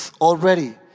already